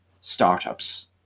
startups